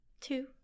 Two